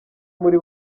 muri